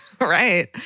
Right